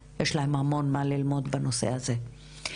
יש המון מה ללמוד בנושא הזה.